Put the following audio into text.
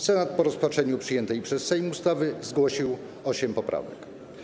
Senat po rozpatrzeniu przyjętej przez Sejm ustawy zgłosił osiem poprawek.